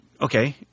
Okay